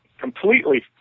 completely